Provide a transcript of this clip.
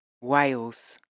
Wales